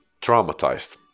traumatized